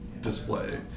display